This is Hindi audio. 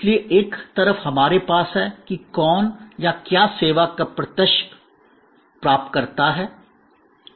इसलिए एक तरफ हमारे पास है कि कौन या क्या सेवा का प्रत्यक्ष प्राप्तकर्ता है